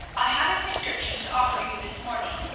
i have a prescription to offer you this morning.